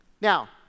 now